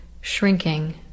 shrinking